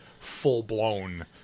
full-blown